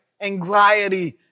Anxiety